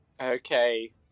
Okay